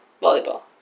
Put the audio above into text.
Volleyball